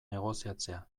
negoziatzea